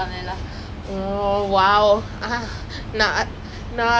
I really cannot understand anything lah I literally just sit there use my phone leh